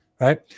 Right